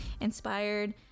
inspired